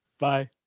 Bye